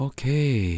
Okay